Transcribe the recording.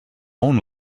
own